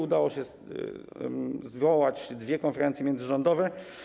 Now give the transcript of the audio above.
Udało się zwołać dwie konferencje międzyrządowe.